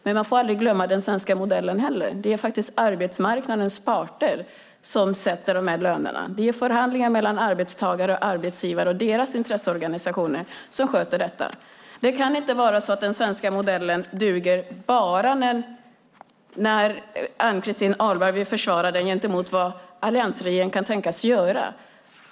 Men man får aldrig glömma den svenska modellen heller. Det är arbetsmarknadens parter som sätter de här lönerna. Det är förhandlingar mellan arbetstagare och arbetsgivare, och deras intresseorganisationer som sköter dessa. Det kan inte vara så att den svenska modellen bara duger när Ann-Christin Ahlberg vill försvara den gentemot vad alliansregeringen kan tänkas göra.